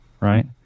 Right